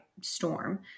storm